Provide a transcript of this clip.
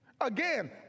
Again